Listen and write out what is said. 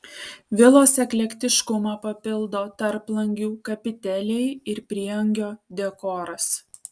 vilos eklektiškumą papildo tarplangių kapiteliai ir prieangio dekoras